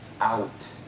out